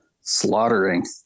Slaughtering